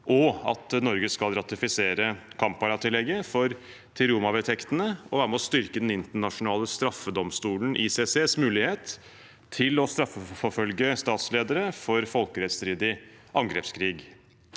og at Norge skal ratifisere Kampala-tillegget til Roma-vedtektene og være med og styrke Den internasjonale straffedomstolens, ICCs, mulighet til å straffeforfølge statsledere for folkerettsstridig angrepskrig.